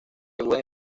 agudas